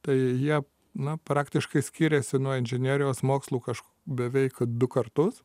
tai jie na praktiškai skiriasi nuo inžinerijos mokslų kažkur beveik du kartus